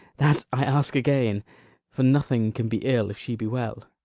that i ask again for nothing can be ill if she be well.